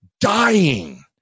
dying